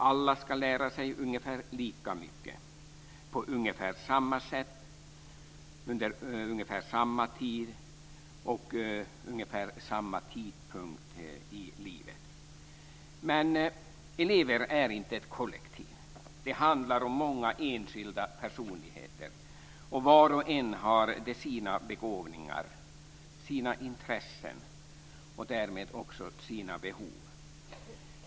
Alla ska lära sig ungefär lika mycket på ungefär samma sätt på ungefär samma tid och vid ungefär samma tidpunkt i livet. Men elever är inte ett kollektiv. Det handlar om många enskilda personligheter, och var och en har de sina begåvningar, sina intressen och därmed också sina behov.